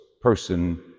person